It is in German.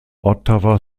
ottawa